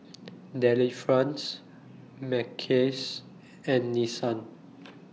Delifrance Mackays and Nissan